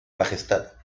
majestad